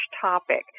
topic